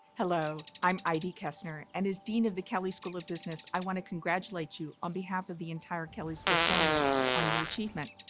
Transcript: hello. i'm idie kesner, and as dean of the kelley school of business, i want to congratulate you on behalf of the entire kelley school family on your achievement.